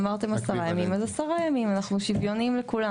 אמרתם 10 ימים אז 10 ימים, אנחנו שוויוניים לכולם.